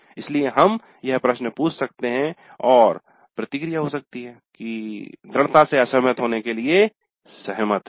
इसलिए हम यह प्रश्न पूछ सकते हैं और प्रतिक्रिया हो सकती है दृढ़ता से असहमत होने के लिए सहमत हैं